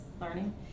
learning